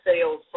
sales